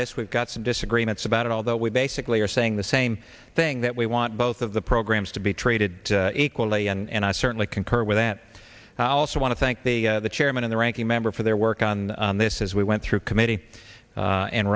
this we've got some disagreements about it although we basically are saying the same thing that we want both of the programs to be traded equally and i certainly concur with that i also want to thank the chairman of the ranking member for their work on this as we went through committee